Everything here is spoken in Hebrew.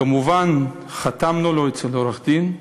כמובן, חתמנו לו אצל עורך-דין,